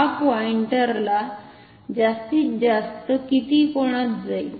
हा पॉइंटरला जास्तीत जास्त किती कोनात जाईल